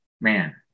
man